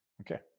okay